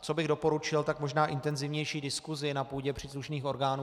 Co bych doporučil, tak možná intenzivnější diskusi na půdě příslušných orgánů